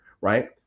right